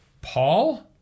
Paul